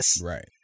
right